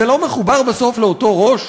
זה לא מחובר בסוף לאותו ראש?